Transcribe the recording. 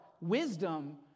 Wisdom